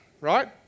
right